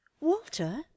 Walter